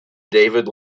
david